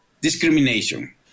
discrimination